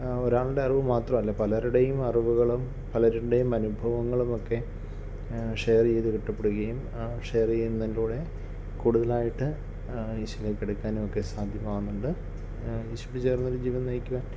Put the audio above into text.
ഒരാളുടെ അറിവ് മാത്രമല്ല പലരുടേയും അറിവുകളും പലരുടേയും അനുഭവങ്ങളുമൊക്കെ ഷെയർ ചെയ്ത് കിട്ടപ്പെടുകയും ആ ഷെയർ ചെയ്യുന്നതിലൂടെ കൂടുതലായിട്ട് ഈശോയിലേക്ക് അടുക്കാനുമൊക്കെ സാധ്യമാവുന്നുണ്ട് ഈശോയോട് ചേർന്നൊരു ജീവിതം നയിക്കുവാൻ